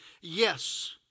yes